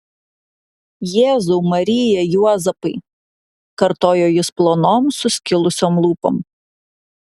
jėzau marija juozapai kartojo jis plonom suskilusiom lūpom